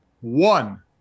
One